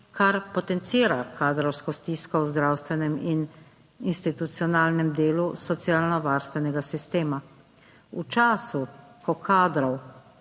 Kar potencira kadrovsko stisko v zdravstvenem in institucionalnem delu socialno varstvenega sistema. V času, ko kadrov